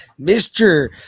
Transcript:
Mr